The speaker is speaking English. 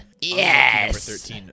Yes